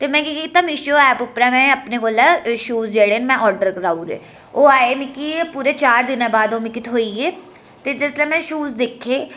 ते मैं के केह् कीता मिशू ऐप उप्परा में अपने कोला शूज जेह्ड़े न में आर्डर कराऊ उड़े ओह् आए मिकी पूरे चार दिनें बाद ओह् मिकी थ्होई गे ते जिसलै में शूज दिक्खे